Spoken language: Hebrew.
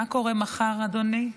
מה קורה מחר, אדוני?